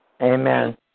Amen